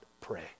pray